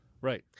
Right